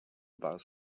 about